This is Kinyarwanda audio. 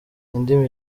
indimi